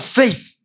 faith